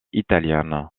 italienne